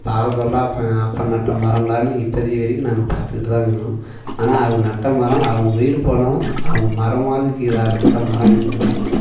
பார்க்க சொல்ல அப்பன் அப்பன் நட்ட மரம்டான்னு இப்போத்திக்கு வரைக்கும் நாங்கள் பார்த்துக்கிட்டு தான் இருக்கிறோம் ஆனால் அவங்க நட்ட மரம் அவங்க உயிர் போனாலும் அவங்க மரமாதுக்கீதா நட்ட மரம் இருந்துகிட்ருத்து